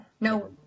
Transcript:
No